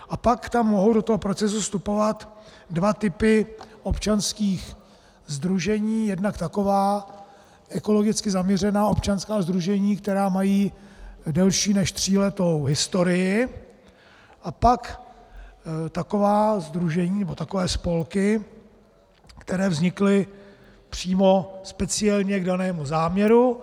A pak mohou do procesu vstupovat dva typy občanských sdružení, jednak taková ekologicky zaměřená občanská sdružení, která mají delší než tříletou historii, a pak taková sdružení a spolky, které vznikly přímo speciálně k danému záměru.